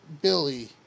Billy